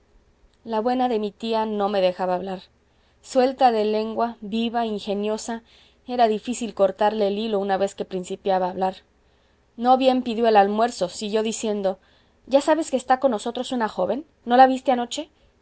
la buena de mi tía no me dejaba hablar suelta de lengua viva ingeniosa era difícil cortarle el hilo una vez que principiaba a hablar no bien pidió el almuerzo siguió diciendo ya sabes que está con nosotros una joven no la viste anoche